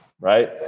right